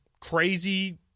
crazy